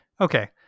Okay